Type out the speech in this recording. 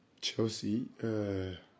Chelsea